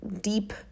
deep